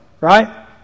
right